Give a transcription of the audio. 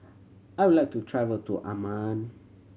I would like to travel to Amman